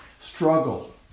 struggle